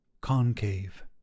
concave